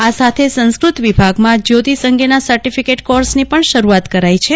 આ સાથે સંસ્કૃત વિભાગમાં જયોતિષ અંગેના સર્ટીફિકેટકોર્ષની પણ શરૂઆત કરાઈ છે